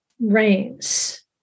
rains